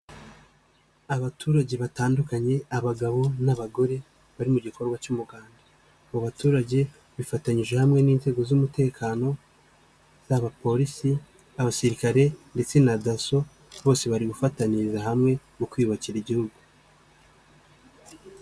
Abaturage batandukanye, abagabo n'abagore bari mu gikorwa cy'umuganda. Abo baturage bifatanyije hamwe n'inzego z'umutekano zaba Polisi ,Abasirikare ndetse na Dasso bose bari gufataniyiriza hamwe mu kwiyubakira igihugu.